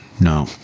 no